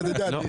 אני